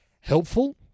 helpful